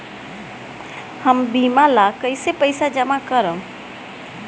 हम बीमा ला कईसे पईसा जमा करम?